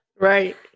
right